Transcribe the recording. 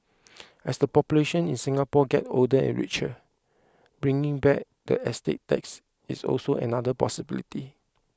as the population in Singapore get older and richer bringing back the estate tax is also another possibility